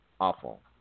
awful